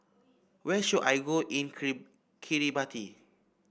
where should I go in Kiribati